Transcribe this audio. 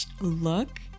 look